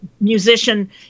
musician